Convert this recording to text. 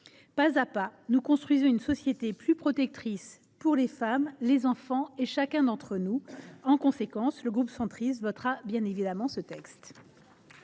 Pas à pas, nous construisons une société plus protectrice pour les femmes, pour les enfants, pour chacun d’entre nous. En conséquence, le groupe Union Centriste votera bien évidemment ce texte.